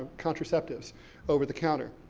contraceptives over the counter.